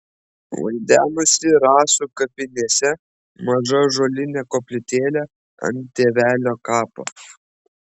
vaidenasi rasų kapinėse maža ąžuolinė koplytėlė ant tėvelio kapo